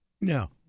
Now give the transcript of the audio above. No